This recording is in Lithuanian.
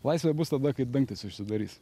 laisvė bus tada kai dangtis užsidarys